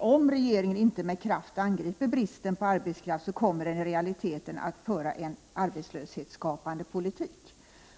Om regeringen inte med kraft angriper bristen på arbetskraft kommer den i realiteten att föra en arbetslöshetsskapande politik.